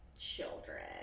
children